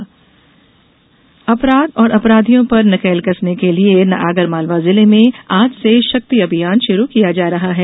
शक्ति अभियान अपराध एवं अपराधियों पर नकेल कसने के लिए आगरमालवा जिले में आज से शक्ति अभियान शुरू किया जा रहा है